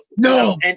no